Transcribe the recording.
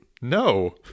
No